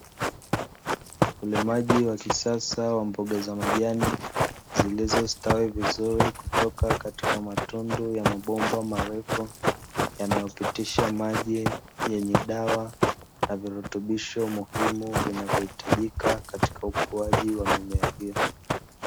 Ulimaji wa kisasa wa mboga za majani, zilizostawi vizuri kutoka katika matundu ya mabomba marefu yanayopitisha maji yenye dawa na virutubisho muhimu vinavyohitajika katika ukuaji wa mimea hiyo.